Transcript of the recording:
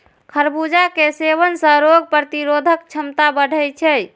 खरबूजा के सेवन सं रोग प्रतिरोधक क्षमता बढ़ै छै